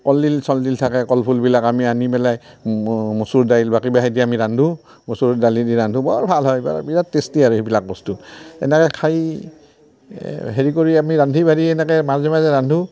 কলডিল চলডিল থাকে কলফুলবিলাক আমি আনি পেলাই মচুৰ দাইল বা কিবাহে দি আমি ৰান্ধোঁ মচুৰ দালি দি ৰান্ধোঁ বৰ ভাল হয় বিৰাট টেষ্টি আৰু সিবিলাক বস্তু এনেকৈ খায় হেৰি কৰি আমি ৰান্ধি বাঢ়ি এনেকৈ মাজে মাজে ৰান্ধোঁ